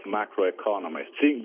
macroeconomists